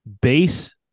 base